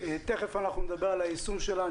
תכף אנחנו נדבר על היישום שלה.